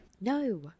No